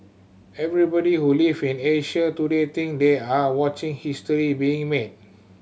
everybody who live in Asia today think they are watching history being made